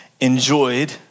enjoyed